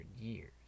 years